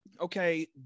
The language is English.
Okay